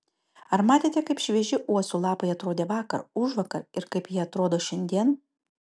ar matėte kaip švieži uosių lapai atrodė vakar užvakar ir kaip jie atrodo šiandien